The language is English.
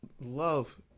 love